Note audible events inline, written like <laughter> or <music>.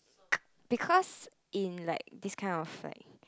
<noise> because in like this kind of like